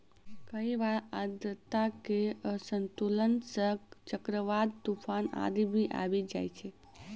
कई बार आर्द्रता के असंतुलन सं चक्रवात, तुफान आदि भी आबी जाय छै